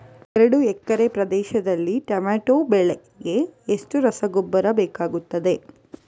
ಎರಡು ಎಕರೆ ಪ್ರದೇಶದಲ್ಲಿ ಟೊಮ್ಯಾಟೊ ಬೆಳೆಗೆ ಎಷ್ಟು ರಸಗೊಬ್ಬರ ಬೇಕಾಗುತ್ತದೆ?